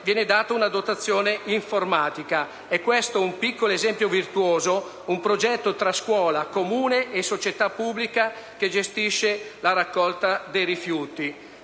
viene data una dotazione informatica. È questo un piccolo esempio virtuoso, un progetto tra scuola, Comune e società pubblica che gestisce la raccolta dei rifiuti.